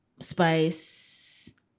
Spice